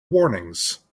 warnings